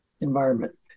environment